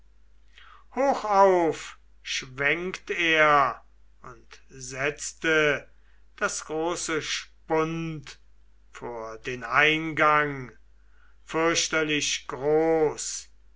gehege hochauf schwenkt er und setzte das große spund vor den eingang fürchterlich groß